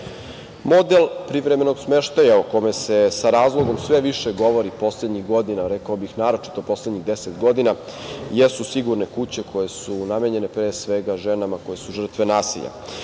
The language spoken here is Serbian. privremenog smeštaja o kome se sa razlogom sve više govori poslednjih godina, rekao bih, naročito poslednjih 10 godina, jesu sigurne kuće koje su namenjene ženama koje su žrtve nasilja.